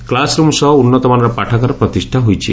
କ୍ଲୁସ୍ room ସହ ଉନ୍ନତମାନର ପାଠାଗାର ପ୍ରତିଷ୍ଠା ହୋଇଛି